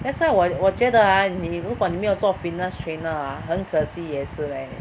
that's why 我我觉得 ah 你你如果你没有做 fitness trainer ah 很可惜也是 leh